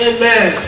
Amen